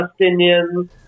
Palestinians